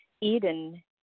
Eden